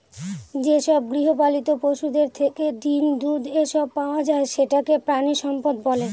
যেসব গৃহপালিত পশুদের থেকে ডিম, দুধ, এসব পাওয়া যায় সেটাকে প্রানীসম্পদ বলে